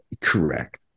Correct